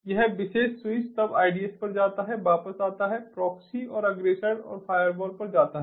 यह विशेष स्विच तब IDS पर जाता है वापस आता है प्रॉक्सी और अग्रेषण और फ़ायरवॉल पर जाता है